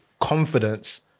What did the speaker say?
confidence